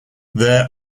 there